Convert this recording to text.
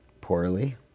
Poorly